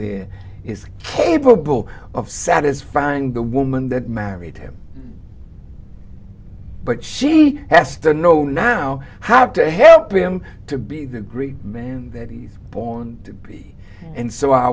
there is capable of satisfying the woman that married him but she s the know now have to help him to be the great man that he's born to be and so